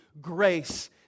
grace